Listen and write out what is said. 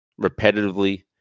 repetitively